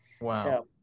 Wow